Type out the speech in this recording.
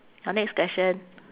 your next question